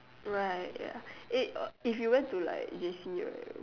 right ya eh uh if you went to like J_C right